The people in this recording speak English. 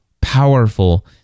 powerful